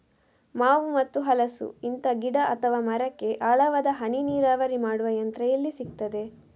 ಮಾವು ಮತ್ತು ಹಲಸು, ಇಂತ ಗಿಡ ಅಥವಾ ಮರಕ್ಕೆ ಆಳವಾದ ಹನಿ ನೀರಾವರಿ ಮಾಡುವ ಯಂತ್ರ ಎಲ್ಲಿ ಸಿಕ್ತದೆ?